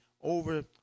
over